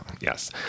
yes